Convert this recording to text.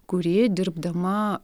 kuri dirbdama